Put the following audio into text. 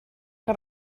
que